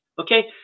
Okay